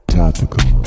topical